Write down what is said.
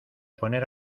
poner